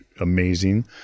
amazing